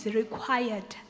required